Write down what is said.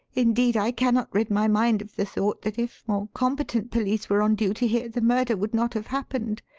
indeed, i cannot rid my mind of the thought that if more competent police were on duty here the murder would not have happened.